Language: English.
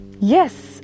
yes